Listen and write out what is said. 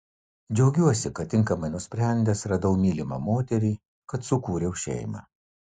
džiaugiuosi kad tinkamai nusprendęs radau mylimą moterį kad sukūriau šeimą